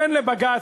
תן לבג"ץ.